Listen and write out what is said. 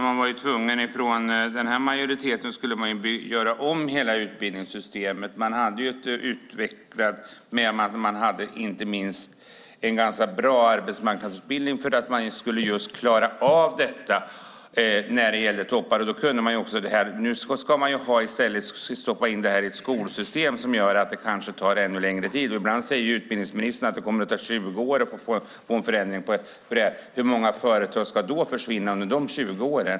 Herr talman! Den här majoriteten skulle ju göra om hela utbildningssystemet. Vi hade inte minst en ganska bra arbetsmarknadsutbildning för att just klara av detta när det gäller toppar. Nu ska man i stället stoppa in detta i ett skolsystem, vilket gör att det kanske tar ännu längre tid. Ibland säger utbildningsministern att det kommer att ta 20 år att få en förändring. Hur många företag ska försvinna under dessa 20 år?